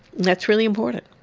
and that's really important.